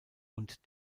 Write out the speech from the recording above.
und